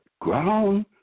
ground